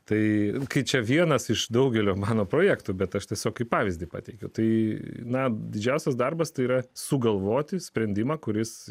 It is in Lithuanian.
tai kai čia vienas iš daugelio mano projektų bet aš tiesiog kaip pavyzdį pateikiu tai na didžiausias darbas tai yra sugalvoti sprendimą kuris